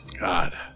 God